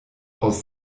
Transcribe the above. aus